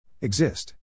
Exist